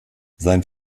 sein